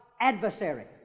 adversary